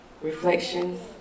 reflections